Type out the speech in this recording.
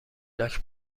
لاک